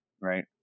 right